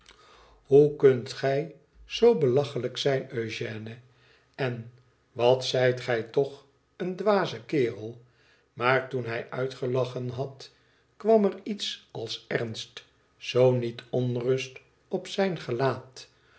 un t gij zoo belachelijk rijn eugène en wat zijt gij toch een dwaze kerel maar toen hij uitgelachen had kwam er iets als ernst zoo niet onttist op zijn gelaat